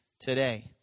today